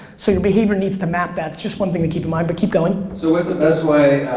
so your behavior needs to map that. it's just one thing to keep in mind, but keep going. so what's the best way,